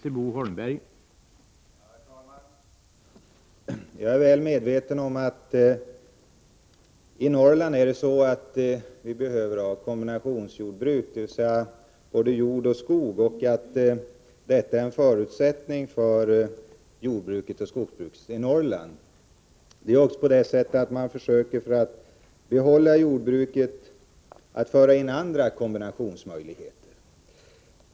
Herr talman! Jag är väl medveten om att man i Norrland behöver ha kombinationsjordbruk — med både jord och skog — och att detta är en förutsättning för jordbruket och skogsbruket i Norrland. För att kunna behålla jordbruket i Norrland försöker man också föra in andra kombinationsmöjligheter.